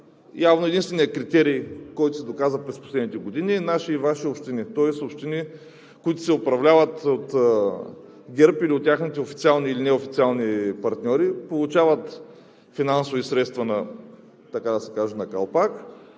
Явно единственият критерий, който се доказа през последните години, е „наши“ и „Ваши“ общини, тоест общини, които се управляват от ГЕРБ или от техните официални или неофициални партньори, получават финансови средства на калпак,